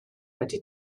wedi